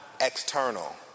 external